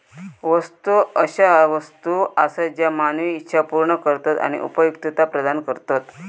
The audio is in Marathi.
वस्तू अशा वस्तू आसत ज्या मानवी इच्छा पूर्ण करतत आणि उपयुक्तता प्रदान करतत